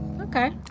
Okay